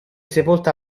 sepolta